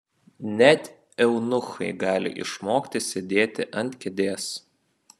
net eunuchai gali išmokti sėdėti ant kėdės